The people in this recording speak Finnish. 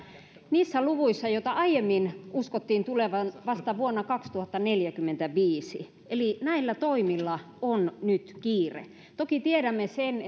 niissä luvuissa joita aiemmin uskottiin tulevan vasta vuonna kaksituhattaneljäkymmentäviisi eli näillä toimilla on nyt kiire toki tiedämme sen